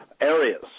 areas